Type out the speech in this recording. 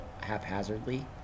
haphazardly